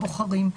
הבוחרים.